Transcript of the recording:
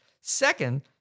Second